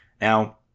Now